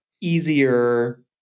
easier